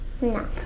No